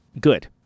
good